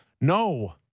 no